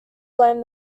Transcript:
blame